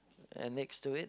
and next to it